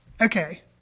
Okay